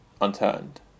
unturned